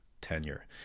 tenure